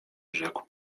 rzekł